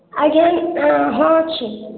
ଆଜ୍ଞା ହଁ ଅଛି